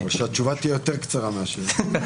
שהתשובה תהיה יותר קצרה מהשאלה.